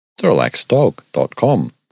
therelaxeddog.com